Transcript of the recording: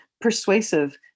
persuasive